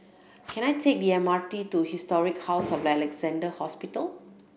can I take the M R T to Historic House of Alexandra Hospital